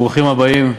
ברוכים הבאים.